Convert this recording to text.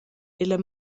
ella